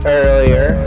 earlier